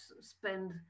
spend